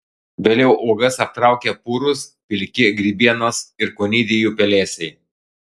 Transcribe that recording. vėliau uogas aptraukia purūs pilki grybienos ir konidijų pelėsiai